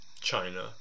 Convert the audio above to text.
China